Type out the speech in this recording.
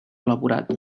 elaborat